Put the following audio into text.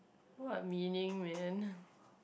what meaning man